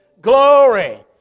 glory